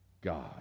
God